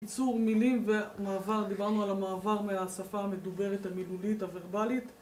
ייצור מילים ומעבר, דיברנו על המעבר מהשפה המדוברת המילולית הוורבלית